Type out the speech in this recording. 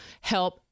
help